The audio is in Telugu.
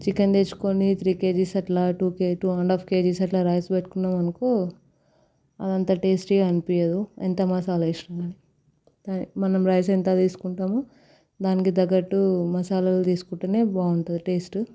చికెన్ తీసుకుని త్రీ కేజిస్ అట్లా two KG one and half KGs అట్లా రైస్ పెట్టుకుందాం అనుకో అంత టేస్టీగా అనిపించదు ఎంత మసాలా వేసినా మనం రైస్ ఎంత తీసుకుంటామో దానికి తగ్గట్టు మసాలాలు తీసుకుంటేనే బాగుంటది టేస్ట్